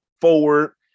forward